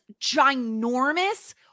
ginormous